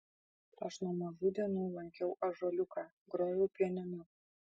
aš nuo mažų dienų lankiau ąžuoliuką grojau pianinu